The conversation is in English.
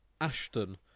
Ashton